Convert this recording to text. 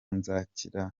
nzakira